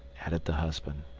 added the husband.